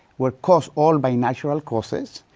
were caused all by natural causes.